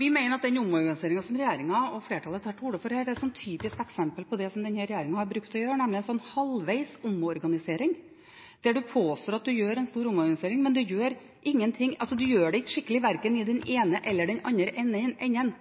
Vi mener at den omorganiseringen som regjeringen og flertallet tar til orde for her, er et typisk eksempel på det som denne regjeringen har pleid å gjøre, nemlig en halvveis omorganisering der man påstår at man gjør en stor omorganisering – men man gjør ingenting, man gjør det ikke skikkelig verken i den ene eller den andre enden.